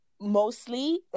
mostly